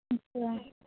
अच्छा